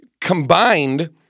combined